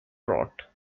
throat